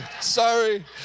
sorry